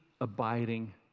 abiding